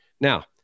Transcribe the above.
Now